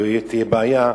זו תהיה בעיה.